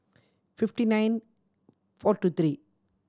fifty nine four two three